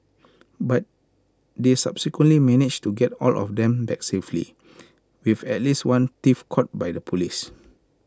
but they subsequently managed to get all of them back safely with at least one thief caught by the Police